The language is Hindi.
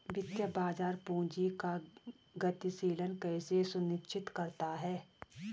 वित्तीय बाजार पूंजी का गतिशीलन कैसे सुनिश्चित करता है?